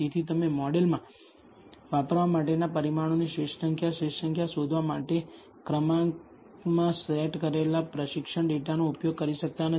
તેથી તમે મોડેલમાં વાપરવા માટેના પરિમાણોની શ્રેષ્ઠ સંખ્યા શ્રેષ્ઠ સંખ્યા શોધવા માટે ક્રમમાં સેટ કરેલા પ્રશિક્ષણ ડેટાનો ઉપયોગ કરી શકતા નથી